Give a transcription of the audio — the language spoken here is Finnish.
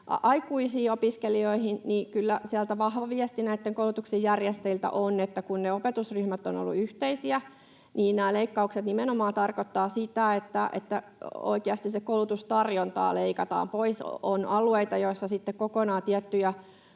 aikuisiin opiskelijoihin, niin kyllä vahva viesti näiltä koulutuksen järjestäjiltä on, että kun ne opetusryhmät ovat olleet yhteisiä, niin nämä leikkaukset nimenomaan tarkoittavat sitä, että oikeasti sitä koulutustarjontaa leikataan pois. On alueita, joilla sitten kokonaan tiettyjä